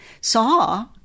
saw